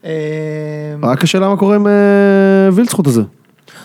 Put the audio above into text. רק השאלה מה קורה עם ווילצחוט הזה.